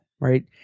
right